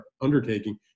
undertaking